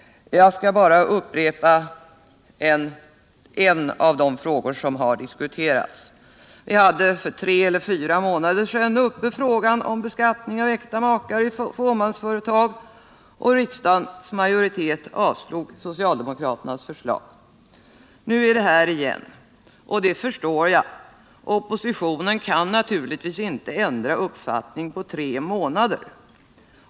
Jag skall bara återkomma till en av de frågor som har diskuterats. Vi hade för tre eller fyra månader sedan uppe frågan om beskauning av äkta makar i fåmansföretag, och riksdagens majoritet avslog socialdemokraternas förslag. Nu är det här igen, och det förstår jag. Oppositionen kan naturligtvis inte ändra uppfattning på tre månader.